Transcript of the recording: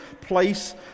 place